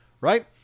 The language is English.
right